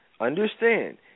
understand